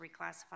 reclassify